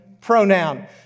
pronoun